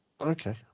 okay